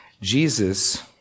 Jesus